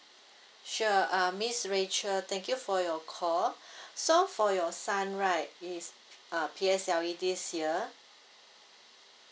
sure uh miss rachel thank you for your call so for your son right is uh P_S_L_E this year